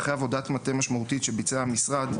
ואחרי עבודת מטה משמעותית שביצע המשרד,